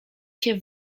się